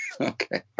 Okay